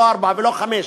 לא ארבעה ולא חמישה.